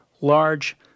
large